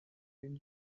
den